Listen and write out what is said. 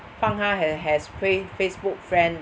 放她 ha~ has fr~ Facebook friend